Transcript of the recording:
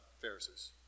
Pharisees